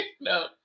No